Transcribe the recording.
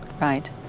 Right